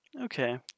okay